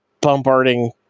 bombarding